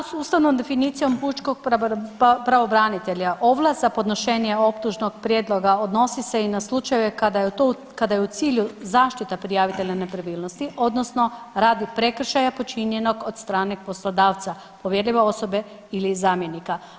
U skladu sa ustavnom definicijom pučkog pravobranitelja ovlast za podnošenje optužnog prijedloga odnosi se i na slučajeve kada je u cilju zaštita prijavitelja nepravilnosti, odnosno radi prekršaja počinjenog od strane poslodavca, povjerljive osobe ili zamjenika.